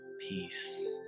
peace